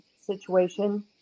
situation